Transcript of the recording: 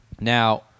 Now